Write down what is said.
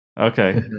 Okay